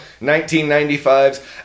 1995's